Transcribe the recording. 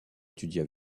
étudier